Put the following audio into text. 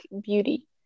beauty